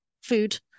food